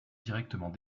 directement